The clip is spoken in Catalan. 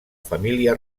família